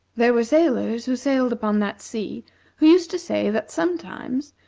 there were sailors who sailed upon that sea who used to say that sometimes,